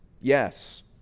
Yes